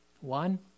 One